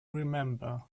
remember